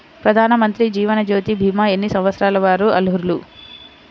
ప్రధానమంత్రి జీవనజ్యోతి భీమా ఎన్ని సంవత్సరాల వారు అర్హులు?